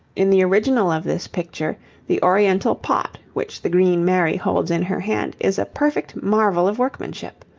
in the original of this picture the oriental pot which the green mary holds in her hand is a perfect marvel of workmanship.